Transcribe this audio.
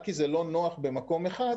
רק כי זה לא נוח במקום אחד,